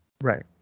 Right